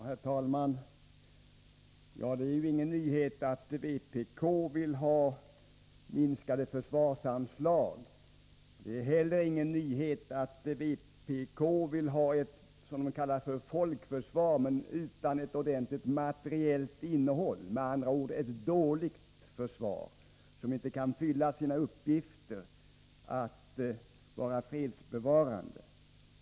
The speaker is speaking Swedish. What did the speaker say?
Herr talman! Det är ju ingen nyhet att vpk vill ha minskade försvarsanslag. Det är heller ingen nyhet att vpk vill ha vad de kallar ett folkförsvar, men utan egentligt materiellt innehåll — med andra ord ett dåligt försvar som inte kan fylla sin uppgift att vara fredsbevarande.